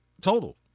total